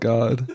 God